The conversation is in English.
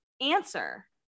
answer